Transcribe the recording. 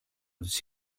της